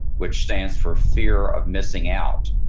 which stands for fear of missing out.